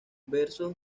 versos